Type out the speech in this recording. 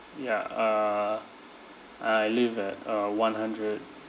ya uh I live at uh one hundred